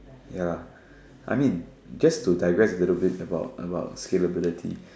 ya I mean just to digress a little bit about about capabilities